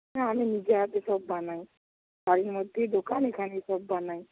হ্যাঁ আমি নিজে হাতে সব বানাই বাড়ির মধ্যেই দোকান এখানেই সব বানাই